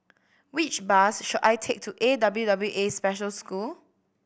which bus should I take to A W W A Special School